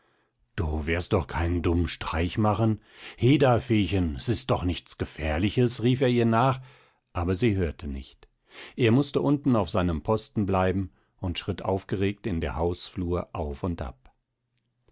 du wirst doch keinen dummen streich machen heda feechen s ist doch nichts gefährliches rief er ihr nach aber sie hörte nicht er mußte unten auf seinem posten bleiben und schritt aufgeregt in der hausflur auf und ab